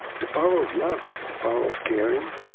the power of love, the power of caring,